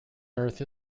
earth